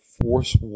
force